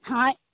हँ